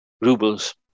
rubles